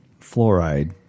fluoride